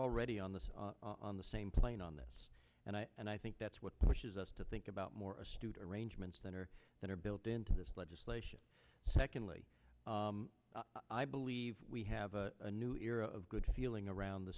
already on the on the same plane on this and i and i think that's what pushes us to think about more astute arrangements that are that are built into this legislation secondly i believe we have a new era of good feeling around the